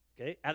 okay